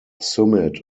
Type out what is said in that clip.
summit